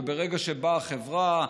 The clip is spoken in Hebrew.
וברגע שבאה חברה,